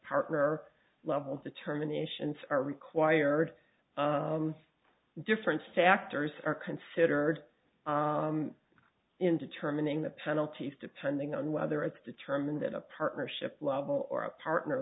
partner level determinations are required different factors are considered in determining the penalties depending on whether it's determined that a partnership level or a partner